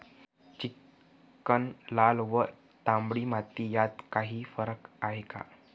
Chicken, लाल व तांबडी माती यात काही फरक आहे का?